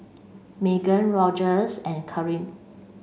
Maegan Rogers and Karim